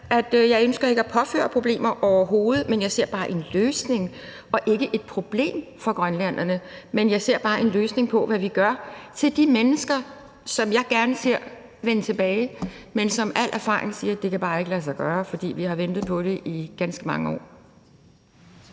Jeg ønsker ikke at påføre problemer overhovedet, men jeg ser bare en løsning og ikke et problem for grønlænderne. Jeg ser bare en løsning på, hvad vi gør med de mennesker, som jeg gerne ser vende tilbage, men hvor al erfaring bare siger, at det ikke kan lade sig gøre, fordi vi har ventet på det i ganske mange år.